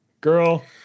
Girl